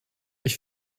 ich